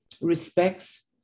respects